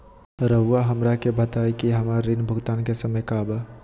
रहुआ हमरा के बताइं कि हमरा ऋण भुगतान के समय का बा?